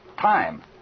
Time